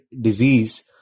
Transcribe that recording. disease